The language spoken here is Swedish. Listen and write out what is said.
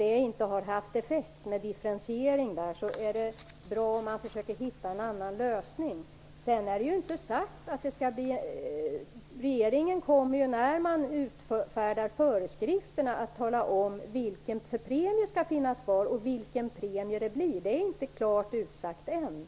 Differentieringen har inte haft någon effekt, och det är därför bra att man försöker hitta en annan lösning. Regeringen kommer att tala om när föreskrifterna utfärdas vilken premie som skall finnas kvar och hur den kommer att se ut. Det är inte klart utsagt ännu.